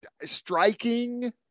striking